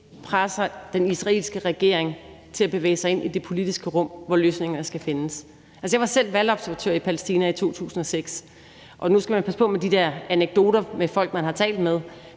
presser den israelske regering til at bevæge sig ind i det politiske rum, hvor løsningerne skal findes. Altså, jeg var selv valgobservatør i Palæstina i 2006, og nu skal man passe på med de der anekdoter om folk, man har talt med,